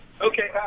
Okay